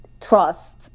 trust